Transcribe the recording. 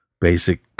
basic